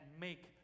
make